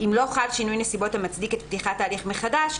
אם לא חל שינוי נסיבות המצדיק את פתיחת ההליך מחדש.".